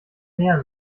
meer